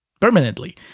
permanently